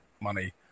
money